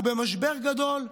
אנחנו במשבר גדול,